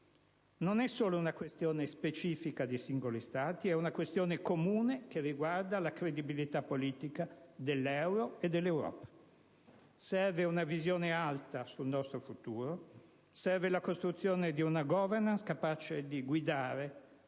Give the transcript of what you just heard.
Non è solo una questione specifica di singoli Stati: è una questione comune che riguarda la credibilità politica dell'euro e dell'Europa. Serve una visione alta sul nostro futuro, serve la costruzione di una *governance,* capace di guidare